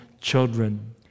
children